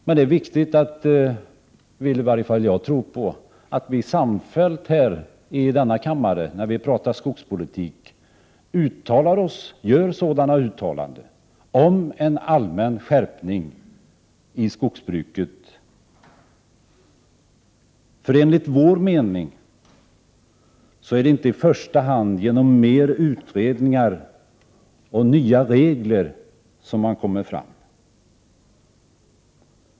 Jag vill ändå framhålla att det är viktigt att vi samfällt här i denna kammare när vi pratar skogspolitik gör sådana uttalanden om en allmän skärpning i skogsbruket. Enligt vår mening är det inte i första hand mer utredningar och nya regler som krävs.